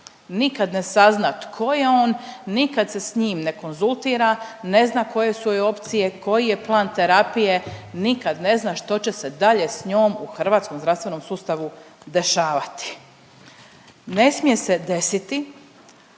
nikad ne sazna tko je on, nikad se s njim ne konzultira, ne zna koje su joj opcije, koji je plan terapije. Nikad ne zna što će se dalje s njom u hrvatskom zdravstvenom sustavu dešavati. Ne smije se desiti